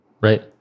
Right